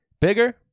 Bigger